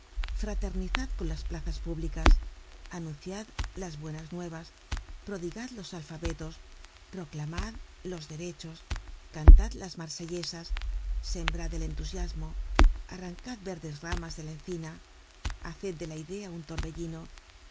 fraternizad con las plazas públicas anunciad las buenas nuevas prodigad los alfabetos proclamad los derechos cantad las marsellesas sembrad el entusiasmo arrancad verdes ramas de la encina haced de la idea un torbellino